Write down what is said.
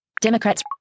Democrats